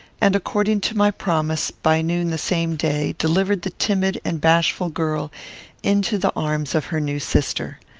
and, according to my promise, by noon the same day, delivered the timid and bashful girl into the arms of her new sister.